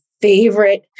favorite